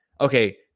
okay